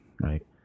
right